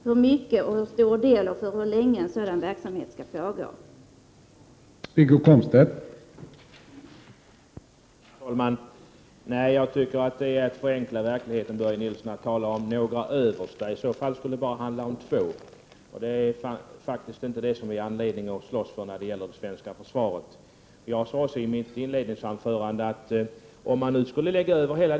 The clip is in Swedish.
Hur mycket, hur stor del och hur länge en sådan verksamhet skall pågå kommer att avgöras längre fram.